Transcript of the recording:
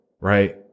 Right